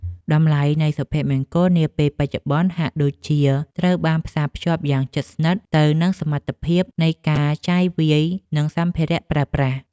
តម្លៃនៃសុភមង្គលនាពេលបច្ចុប្បន្នហាក់ដូចជាត្រូវបានផ្សារភ្ជាប់យ៉ាងជិតស្និទ្ធទៅនឹងសមត្ថភាពនៃការចាយវាយនិងសម្ភារៈប្រើប្រាស់។